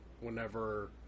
whenever